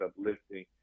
uplifting